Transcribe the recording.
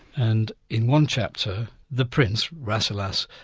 and in one chapter the prince, rasselas,